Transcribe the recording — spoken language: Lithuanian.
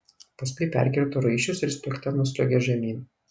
paskui perkirto raiščius ir sliuogte nusliuogė žemyn